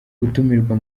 gutumirwa